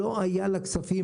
לא היו לה כספים,